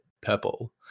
purple